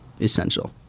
essential